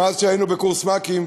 מאז היינו בקורס מ"כים,